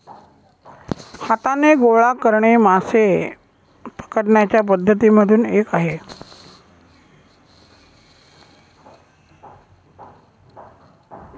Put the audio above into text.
हाताने गोळा करणे मासे पकडण्याच्या पद्धती मधून एक आहे